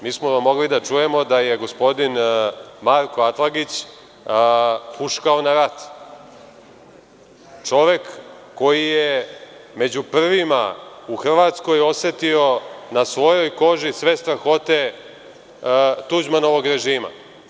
Mogli smo da čujemo da je gospodin Marko Atlagić huškao na rat, čovek koji je među prvima u Hrvatskoj osetio na svojoj koži sve strahote tuđmanovog režima.